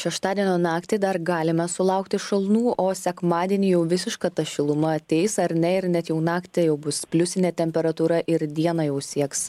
šeštadienio naktį dar galime sulaukti šalnų o sekmadienį jau visiška ta šiluma ateis ar ne ir net jau naktį jau bus pliusinė temperatūra ir dieną jau sieks